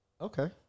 Okay